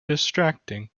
distracting